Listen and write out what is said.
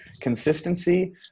consistency